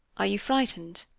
are you frightened?